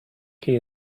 key